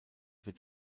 wird